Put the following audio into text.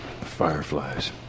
Fireflies